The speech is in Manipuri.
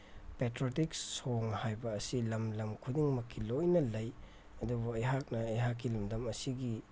ꯄꯦꯇ꯭ꯔꯣꯇꯤꯛ ꯁꯣꯡ ꯍꯥꯏꯕ ꯑꯁꯤ ꯂꯝ ꯂꯝ ꯈꯨꯗꯤꯡꯃꯛꯀꯤ ꯂꯣꯏꯅ ꯂꯩ ꯑꯗꯨꯕꯨ ꯑꯩꯍꯥꯛꯅ ꯑꯩꯍꯥꯛꯀꯤ ꯂꯝꯗꯝ ꯑꯁꯤꯒꯤ